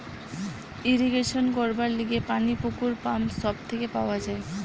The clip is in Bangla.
ইরিগেশন করবার লিগে পানি পুকুর, পাম্প সব থেকে পাওয়া যায়